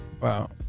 Wow